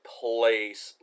place